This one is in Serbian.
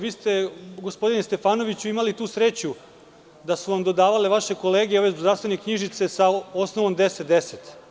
Vi ste, gospodine Stefanoviću, imali tu sreću da su vam dodavale vaše kolege ove zdravstvene knjižice sa osnovom 1010.